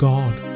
God